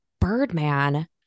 Birdman